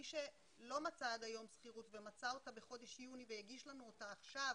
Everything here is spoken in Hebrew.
מי שלא מצא עד היום שכירות ומצא אותה בחודש יוני והגיש לנו אותה עכשיו,